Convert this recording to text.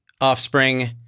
offspring